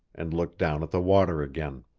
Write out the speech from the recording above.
and look down at the water again.